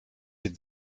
did